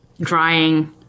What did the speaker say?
drying